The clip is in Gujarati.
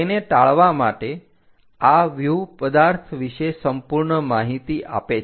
તેને ટાળવા માટે આ વ્યુહ પદાર્થ વિશે સંપૂર્ણ માહિતી આપે છે